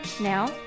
Now